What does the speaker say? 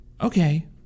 Okay